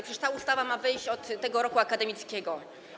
Przecież ta ustawa ma wejść od tego roku akademickiego.